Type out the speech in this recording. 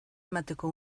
emateko